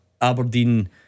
Aberdeen